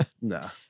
No